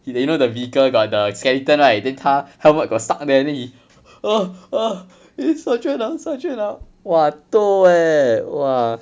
you know the vehicle got the skeleton right then 他 helmet got stuck there then he err err eh sergeant ah sergeant ah !wah! toh leh !wah!